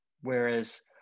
whereas